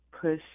push